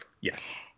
Yes